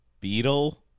beetle